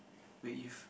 wait if